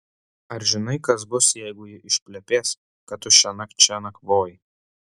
ar žinai kas bus jeigu ji išplepės kad tu šiąnakt čia nakvojai